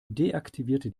deaktivierte